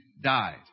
died